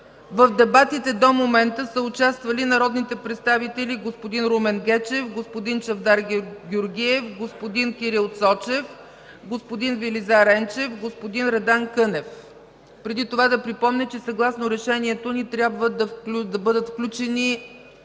В дебатите до момента са участвали народните представители господин Румен Гечев, господин Чавдар Георгиев, господин Кирил Цочев, господин Велизар Енчев, господин Радан Кънев. Преди това да припомня, че съгласно решението ни трябва да бъдат включени